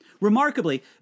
Remarkably